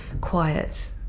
quiet